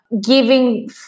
giving